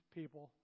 people